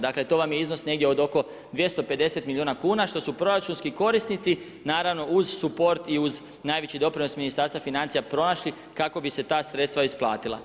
Dakle to vam je iznos negdje od oko 250 milijuna kuna što su proračunski korisnici naravno uz suport i uz najveći doprinos Ministarstva financija pronašli kako bi se ta sredstva isplatila.